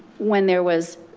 when there was